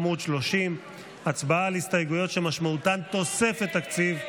עמ' 30. הצבעה על הסתייגויות שמשמעותן תוספת תקציב,